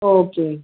okay